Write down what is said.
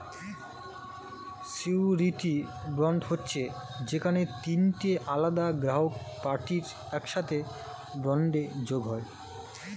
surety bond হচ্ছে যেখানে তিনটে আলাদা গ্রাহক পার্টি একসাথে বন্ডে যোগ হয়